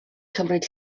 cymryd